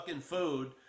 food